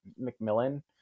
McMillan